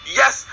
yes